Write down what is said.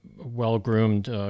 well-groomed